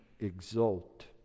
exult